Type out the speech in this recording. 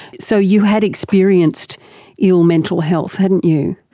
so you had experienced ill mental health, hadn't you.